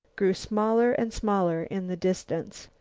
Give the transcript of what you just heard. grew smaller and smaller in the distance.